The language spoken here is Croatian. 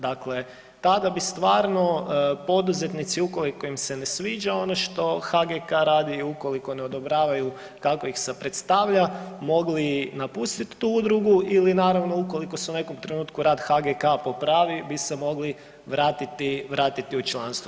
Dakle, tada bi stvarno poduzetnici ukoliko im se ne sviđa ono što HGK radi, ukoliko ne odobravaju kako ih se predstavlja mogli napustiti tu udrugu ili naravno ukoliko se u nekom trenutku rad HGK popravi bi se mogli vratiti, vratiti u članstvo.